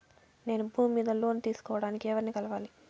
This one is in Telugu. నేను భూమి మీద లోను తీసుకోడానికి ఎవర్ని కలవాలి?